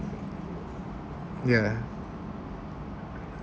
yeah